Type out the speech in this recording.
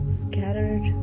scattered